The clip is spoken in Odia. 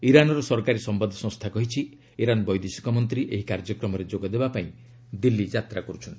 ଇରାନର ସରକାରୀ ସମ୍ବାଦ ସଂସ୍ଥା କହିଛି ଇରାନ୍ ବୈଦେଶିକ ମନ୍ତ୍ରୀ ଏହି କାର୍ଯ୍ୟକ୍ରମରେ ଯୋଗଦେବା ପାଇଁ ଦିଲ୍ଲୀ ଯାତ୍ରା କରୁଛନ୍ତି